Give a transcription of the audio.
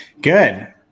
Good